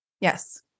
Yes